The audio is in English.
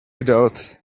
without